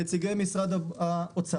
נציגי משרד האוצר,